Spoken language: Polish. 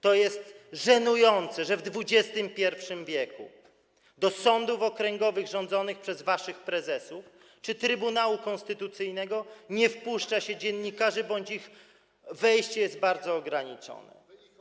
To jest żenujące, że w XXI w. do sądów okręgowych rządzonych przez waszych prezesów czy Trybunału Konstytucyjnego nie wpuszcza się dziennikarzy bądź ich wejście jest bardzo ograniczone.